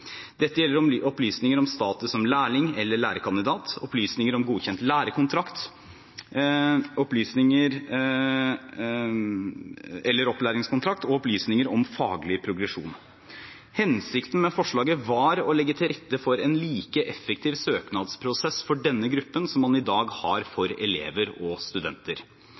Dette gjelder opplysninger om status som lærling eller lærekandidat, opplysninger om godkjent lærekontrakt eller opplæringskontrakt og opplysninger om faglig progresjon. Hensikten med forslaget var å legge til rette for en like effektiv søknadsprosess for denne gruppen som man i dag har for elever og studenter.